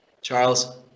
Charles